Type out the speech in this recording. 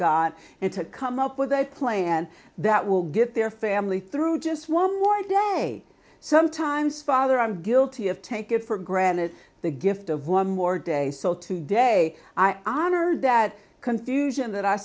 into come up with a plan that will get their family through just one more day sometimes father i'm guilty of take it for granted the gift of one more day so today i'm honored that confusion that i